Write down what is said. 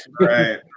Right